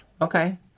okay